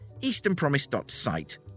easternpromise.site